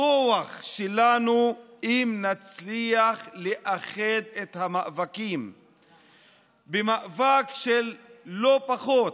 הכוח שלנו הוא אם נצליח לאחד את המאבקים למאבק של לא פחות